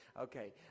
Okay